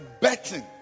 betting